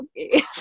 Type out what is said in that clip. okay